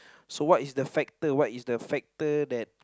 so what is the factor what is the factor that